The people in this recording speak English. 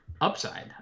upside